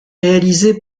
réalisée